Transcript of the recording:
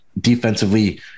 defensively